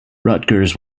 rutgers